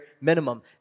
minimum